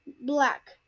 black